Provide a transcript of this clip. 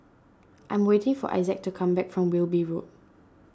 I am waiting for Issac to come back from Wilby Road